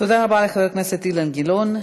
תודה רבה לחבר הכנסת אילן גילאון.